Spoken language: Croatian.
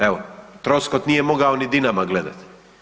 Evo Troskot nije mogao ni Dinama gledat.